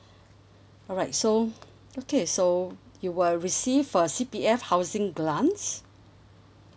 alright so okay so you will receive a C_P_F housing grants